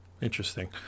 Interesting